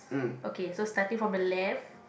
okay so starting from the left